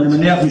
ואני מניח,